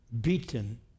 beaten